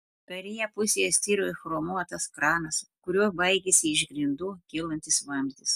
kairėje pusėje styrojo chromuotas kranas kuriuo baigėsi iš grindų kylantis vamzdis